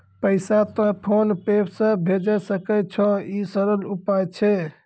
पैसा तोय PhonePe से भैजै सकै छौ? ई सरल उपाय छै?